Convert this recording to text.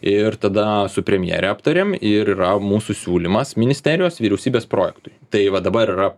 ir tada su premjere aptarėm ir yra mūsų siūlymas ministerijos vyriausybės projektui tai va dabar yra